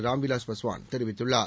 ராம் விலாஸ் பாஸ்வான் தெரிவித்துள்ளார்